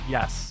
Yes